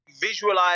visualize